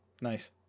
nice